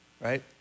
right